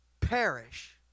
perish